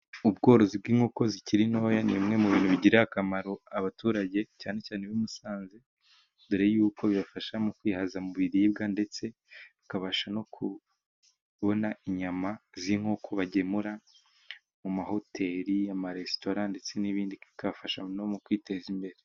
Ubworozi bw'inkoko zikiri ntoya ni bimwe mu bintu bigirirariye akamaro abaturage cyane cyane b'i Musanze dore yuko bibafasha mu kwihaza mu biribwa ndetse bakabasha no kubona inyama z'inkoko bagemura mu mahoteli, amaresitora ndetse n'ibindi bikabafasha no mu kwiteza imbere.